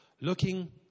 Looking